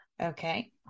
Okay